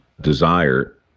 desire